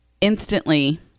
instantly